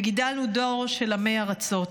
וגידלנו דור של עמי ארצות.